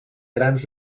grans